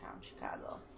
Chicago